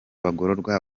bagororwa